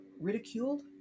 ridiculed